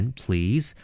please